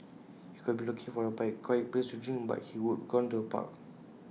he could have been looking for A quiet place to drink but he would've gone to A park